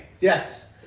Yes